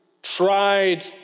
tried